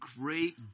great